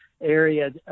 area